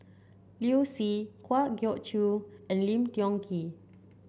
Liu Si Kwa Geok Choo and Lim Tiong Ghee